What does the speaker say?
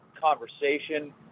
conversation